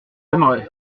aimerait